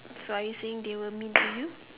so are you saying they were mean to you